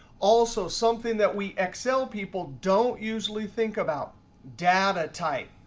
also, something that we excel people don't usually think about data type.